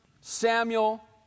Samuel